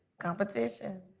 competition?